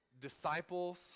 Disciples